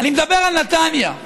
אני מדבר על נתניה.